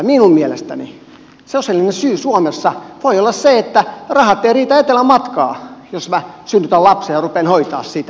minun mielestäni sosiaalinen syy suomessa voi olla se että rahat ei riitä etelänmatkaan jos minä synnytän lapsen ja rupean hoitamaan sitä